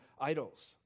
idols